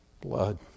blood